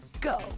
Go